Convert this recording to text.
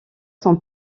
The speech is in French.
son